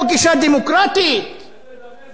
לך לדמשק, שם יש גישה אנושית.